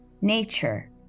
nature